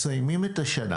מסיימים את השנה